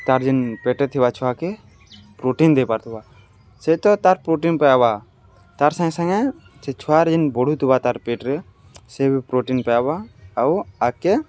ତାର୍ ଯେନ୍ ପେଟେ ଥିବା ଛୁଆକେ ପ୍ରୋଟିନ୍ ଦେଇ ପାରୁଥିବା ସେ ତ ତାର୍ ପ୍ରୋଟିନ୍ ପାଏବା ତାର୍ ସାଙ୍ଗେ ସାଙ୍ଗେ ସେ ଛୁଆରେ ଯେନ୍ ବଢ଼ୁଥିବା ତାର୍ ପେଟ୍ରେ ସେ ବି ପ୍ରୋଟିନ୍ ପାଏବା ଆଉ ଆଗ୍କେ